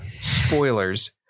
Spoilers